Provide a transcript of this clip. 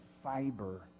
Fiber